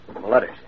Letters